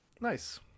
nice